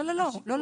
לא, לא, לא.